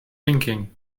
thinking